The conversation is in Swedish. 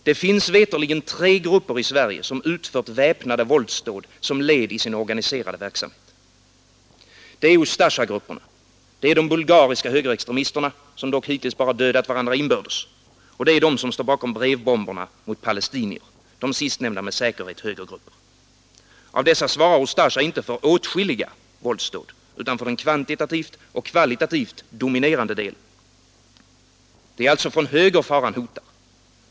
Det finns veterligen tre grupper i Sverige, som utfört väpnade våldsdåd som led i sin organiserade verksamhet. Det är Ustasjagrupperna, de bulgariska högerextremisterna — som dock hittills bara dödat varandra inbördes — och de som står bakom brevbomberna mot palestinier, de sistnämnda med säkerhet högergrupper. Av dessa svarar Ustasja inte för ”åtskilliga” våldsdåd, utan för den kvantitativt och kvalitativt dominerande delen. Det är alltså från höger faran hotar.